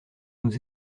nous